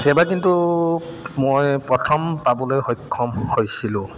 সেইবাৰ কিন্তু মই প্ৰথম পাবলৈ সক্ষম হৈছিলোঁ